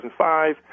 2005